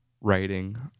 writing